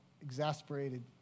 exasperated